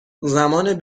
زمان